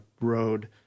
road